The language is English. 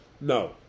No